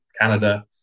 Canada